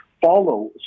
follow